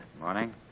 Morning